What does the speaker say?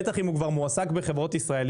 בטח אם הוא כבר מועסק בחברות ישראליות,